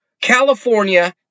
California